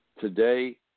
today